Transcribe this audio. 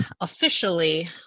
officially